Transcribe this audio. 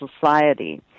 society